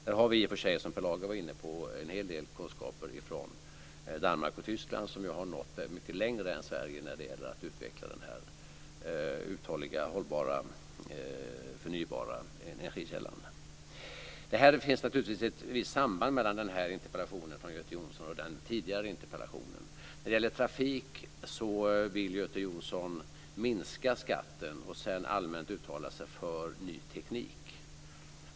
Där har vi i och för sig, som Per Lager var inne på, en hel del kunskaper från Danmark och Tyskland, som ju har nått mycket längre än Sverige när det gäller att utveckla den här uthålliga, hållbara, förnybara energikällan. Det finns naturligtvis ett visst samband mellan den här interpellationen från Göte Jonsson och den tidigare. När det gäller trafik vill Göte Jonsson minska skatten. Sedan uttalar han sig allmänt för ny teknik.